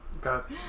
got